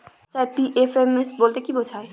Sir PFMS বলতে কি বোঝায়?